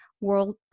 World